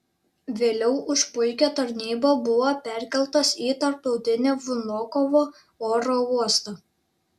vėliau už puikią tarnybą buvo perkeltas į tarptautinį vnukovo oro uostą